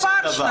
זה פשלה.